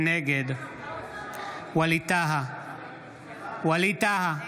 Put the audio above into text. נגד ווליד טאהא,